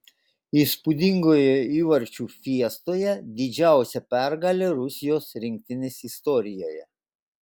įspūdingoje įvarčių fiestoje didžiausia pergalė rusijos rinktinės istorijoje